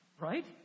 Right